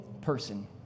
person